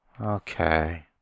Okay